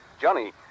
Johnny